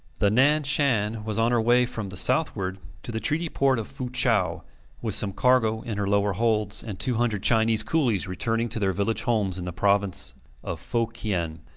the nan-shan was on her way from the southward to the treaty port of fu-chau, with some cargo in her lower holds, and two hundred chinese coolies returning to their village homes in the province of fo-kien,